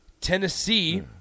Tennessee